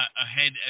Ahead